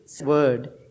word